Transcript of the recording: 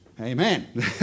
Amen